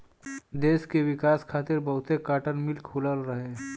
देस के विकास खातिर बहुते काटन मिल खुलल रहे